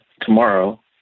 tomorrow